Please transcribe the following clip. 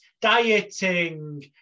dieting